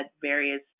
various